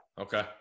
Okay